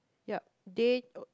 yup day